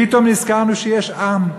פתאום נזכרנו שיש עם.